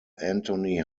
antony